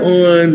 on